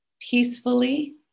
peacefully